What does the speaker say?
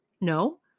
No